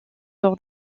lors